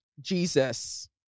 Jesus